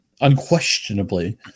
unquestionably